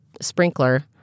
sprinkler